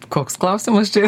koks klausimas čia